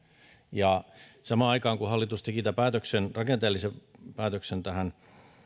samaan aikaan kun hallitus teki tämän rakenteellisen päätöksen tähän